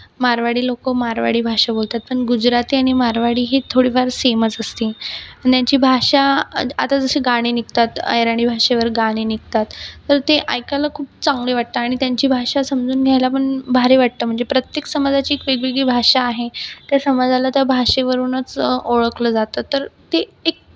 मारवाडी लोक मारवाडी भाषा बोलतात पण गुजराती आणि मारवाडी ही थोडीफार सेमच असती आणि त्यांची भाषा आत आता जशी गाणी निघतात अहिरणी भाषेवर गाणे निघतात तर ते ऐकायला खूप चांगले वाटते आणि त्यांची भाषा समजून घ्यायला पण भारी वाटतं म्हणजे प्रत्येक समाजाची एक वेगवेगळी भाषा आहे त्या समाजाला त्या भाषेवरूनच ओळखलं जातं तर ते एक